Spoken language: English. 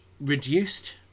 reduced